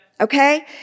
Okay